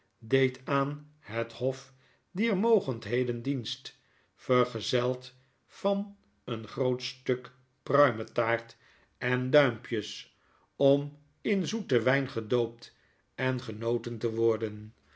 deed aan het hof dier mogendheden dienst vergezeld van een groot stuk pruimetaart en duimpjes om in zoeten wyn gedoopt en genoten te worden